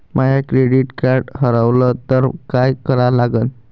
माय credit card हारवलं तर काय करा लागन?